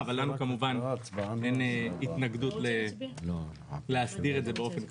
אבל לנו כמובן אין התנגדות להסדיר את זה באופן קבוע.